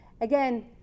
again